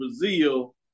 Brazil